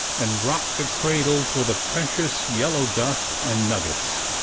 and rocked the cradle for the precious yellow dust and nuggets.